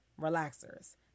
relaxers